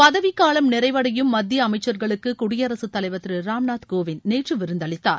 பதவி காலம் நிறைவடையும் மத்திய அமைச்சர்களுக்கு குடியரசுத் தலைவர் திரு ராம் நாத் கோவிந்த் நேற்று விருந்தளித்தார்